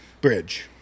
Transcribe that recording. bridge